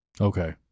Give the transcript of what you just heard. Okay